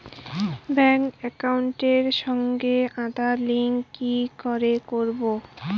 Bank একাউন্টের সঙ্গে Aadhaar link কি করে করবো?